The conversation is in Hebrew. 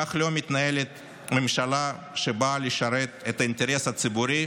כך לא מתנהלת ממשלה שבאה לשרת את האינטרס הציבורי,